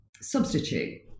substitute